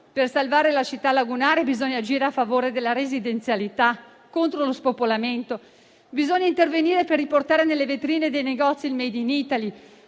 Per salvare la città lagunare bisogna agire a favore della residenzialità, contro lo spopolamento. Bisogna intervenire per riportare nelle vetrine dei negozi il *made in Italy*